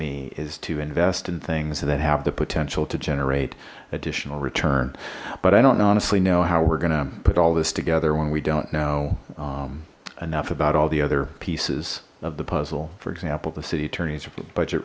me is to invest in things that have the potential to generate additional return but i don't honestly know how we're gonna put all this together when we don't know enough about all the other pieces of the puzzle for example the city attorney's budget